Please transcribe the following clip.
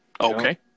Okay